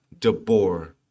DeBoer